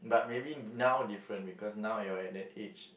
maybe now different because now you are at that age